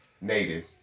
native